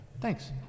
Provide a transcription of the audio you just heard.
Thanks